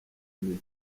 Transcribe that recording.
mibiri